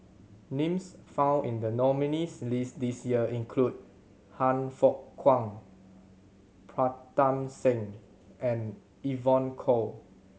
names found in the nominees' list this year include Han Fook Kwang Pritam Singh and Evon Kow